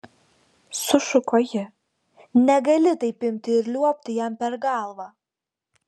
sušuko ji negali taip imti ir liuobti jam per galvą